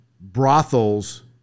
brothels